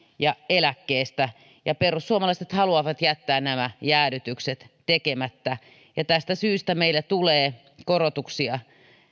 ja eläkkeestä perussuomalaiset haluavat jättää nämä jäädytykset tekemättä ja tästä syystä meillä tulee korotuksia